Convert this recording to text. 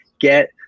Get